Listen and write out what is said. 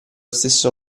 stesso